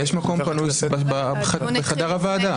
ויש מקום פנוי בחדר הוועדה.